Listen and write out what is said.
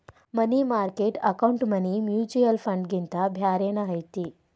ಮನಿ market account money mutual ಫಂಡ್ಗಿಂತ ಬ್ಯಾರೇನ ಐತಿ